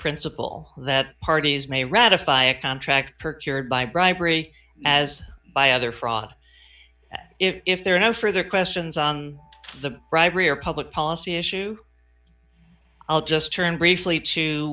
principle that parties may ratify a contract per cured by bribery as by other fraud if there are no further questions on the bribery or public policy issue i'll just turn briefly